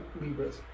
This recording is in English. Libras